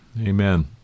Amen